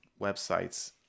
websites